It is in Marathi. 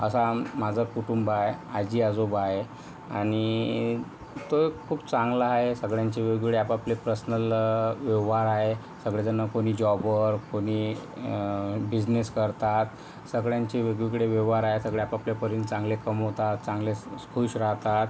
असं माझं कटुंब आहे आजी आजोबा आहे आणि तर खूप चांगला आहे सगळ्यांचे वेगवेगळे आपआपले पर्सनल व्यवहार आहे सगळेजण कोणी जॉबवर कोणी बिजनेस करतात सगळ्यांचे वेगवेगळे व्यवहार आहे सगळे आपआपल्या परीने चांगले कमवतात चांगले खुश राहतात